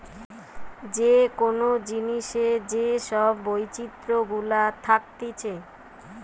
যে কোন জিনিসের যে সব বৈচিত্র গুলা থাকতিছে